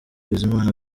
bizimana